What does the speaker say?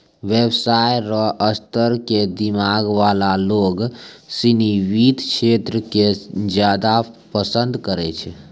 व्यवसाय र स्तर क दिमाग वाला लोग सिनी वित्त क्षेत्र क ज्यादा पसंद करै छै